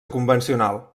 convencional